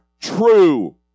true